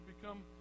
become